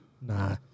Nah